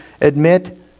admit